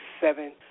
seven